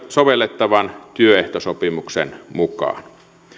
sovellettavan työehtosopimuksen mukaan